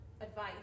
advice